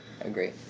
Agree